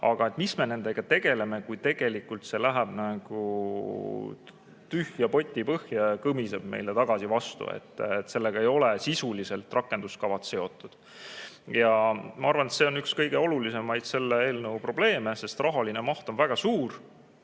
Rahandusministeeriumi tasemele –, kui tegelikult see läheb nagu tühja poti põhja ja kõmiseb meile vastu tagasi. Sellega ei ole sisuliselt rakenduskavad seotud. Ja ma arvan, et see on üks kõige olulisemaid selle eelnõu probleeme, sest rahaline maht on väga suur.